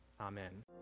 Amen